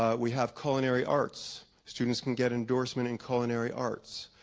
ah we have culinary arts. students can get endorsement in culinary arts.